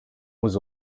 was